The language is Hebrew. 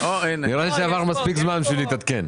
נראה לי שעבר מספיק זמן כדי להתעדכן.